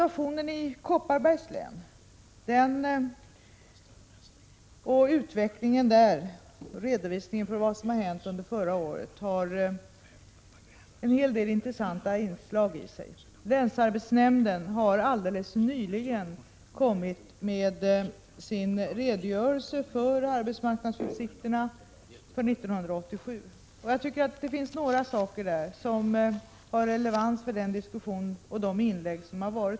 Redovisningen av situationen och utvecklingen i Kopparbergs län under förra året innehåller en hel del intressanta inslag. Länsarbetsnämnden har alldeles nyligen kommit med sin redogörelse för arbetsmarknadsutsikterna för 1987. Det finns några saker i den redogörelsen som har relevans för den diskussion som förts och för de inlägg som gjorts här.